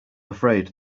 afraid